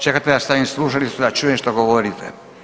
Čekajte da stavim slušalicu da čujem što govorite.